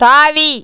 தாவி